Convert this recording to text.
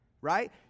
Right